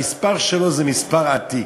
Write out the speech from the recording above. המספר שלו זה מספר עתיק.